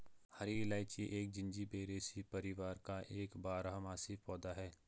हरी इलायची एक जिंजीबेरेसी परिवार का एक बारहमासी पौधा है